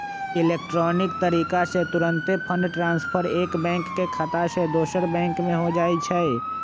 electronic तरीका से तूरंते फंड ट्रांसफर एक बैंक के खता से दोसर में हो जाइ छइ